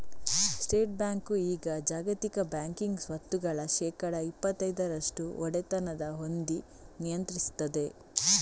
state bank ಈಗ ಜಾಗತಿಕ banking ಸ್ವತ್ತುಗಳ ಶೇಕಡಾ ಇಪ್ಪತೈದರಷ್ಟು ಒಡೆತನ ಹೊಂದಿ ನಿಯಂತ್ರಿಸ್ತದೆ